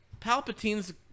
Palpatine's